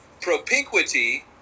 propinquity